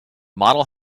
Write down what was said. model